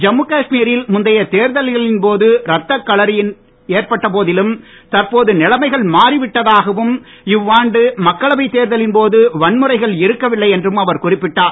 ஜம்மு காஷ்மீரில் முந்தைய தேர்தல்களின் போது இரத்தக் களறி ஏற்பட்ட போதிலும் தற்போது நிலைமைகள் மாறிவிட்டதாகவும் இவ்வாண்டு மக்களவைத் தேர்தலின் போது வன்முறைகள் இருக்கவில்லை என்றும் அவர் குறிப்பிட்டார்